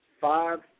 five